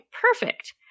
Perfect